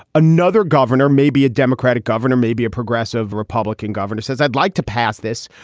another governor, maybe a democratic governor, maybe a progressive republican governor says, i'd like to pass this.